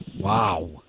Wow